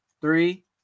Three